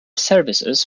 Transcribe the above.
services